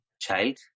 child